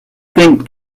think